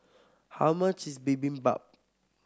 how much is Bibimbap